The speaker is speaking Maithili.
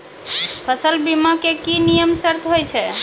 फसल बीमा के की नियम सर्त होय छै?